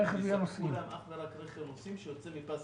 שיספקו להם אך ורק רכב נוסעים שיוצא מפס